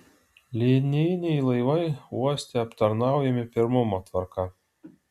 linijiniai laivai uoste aptarnaujami pirmumo tvarka